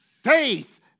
Faith